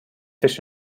fish